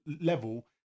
level